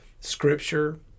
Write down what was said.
scripture